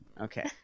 Okay